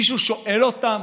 מישהו שואל אותם?